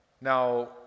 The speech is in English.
Now